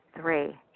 three